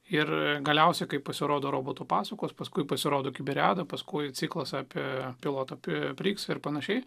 ir galiausiai kai pasirodo roboto pasakos paskui pasirodo kiberiada paskui ciklas apie pilotą pi priks ir panašiai